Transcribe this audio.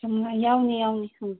ꯁꯨꯝ ꯌꯥꯎꯅꯦ ꯌꯥꯎꯅꯦ